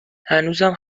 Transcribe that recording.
هنوزم